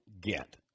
get